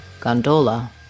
Gondola